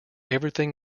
everything